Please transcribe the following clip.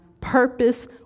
purpose